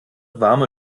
warme